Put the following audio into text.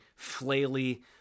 flaily